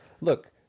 look